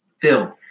Phil